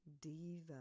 diva